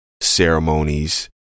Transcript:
ceremonies